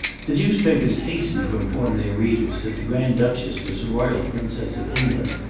the newspapers hastened to inform their readers that the grand-duchess was a royal princess of england,